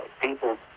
People